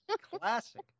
Classic